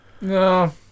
No